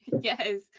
Yes